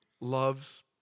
loves